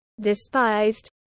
despised